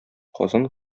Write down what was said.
казан